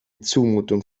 zumutung